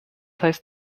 heißt